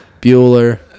Bueller